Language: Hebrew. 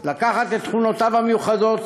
לקחת את תכונותיו המיוחדות